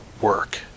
work